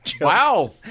Wow